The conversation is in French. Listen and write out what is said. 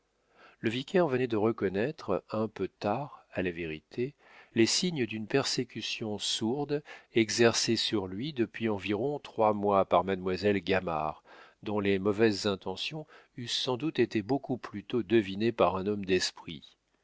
le vicaire venait de reconnaître un peu tard à la vérité les signes d'une persécution sourde exercée sur lui depuis environ trois mois par mademoiselle gamard dont les mauvaises intentions eussent sans doute été beaucoup plus tôt devinées par un homme d'esprit